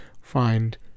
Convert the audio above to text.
find